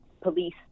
police